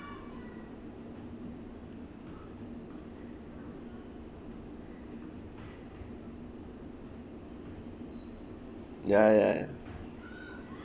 ya ya ya